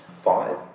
five